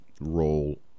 role